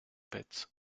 pets